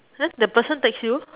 !huh! the person text you